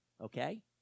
okay